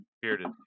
bearded